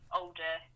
older